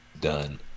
done